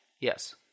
Yes